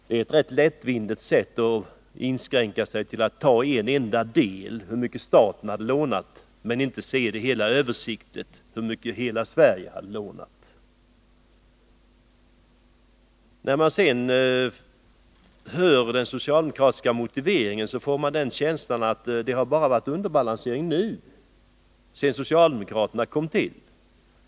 Det är rätt lättvindigt att inskränka sig till en enda del — hur mycket staten hade lånat — och inte se det översiktligt, hur mycket hela Sverige hade lånat. När man sedan hör den socialdemokratiska motiveringen får man känslan att det är bara nu som det varit underbalansering — sedan socialdemokraterna lämnat regeringen.